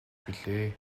билээ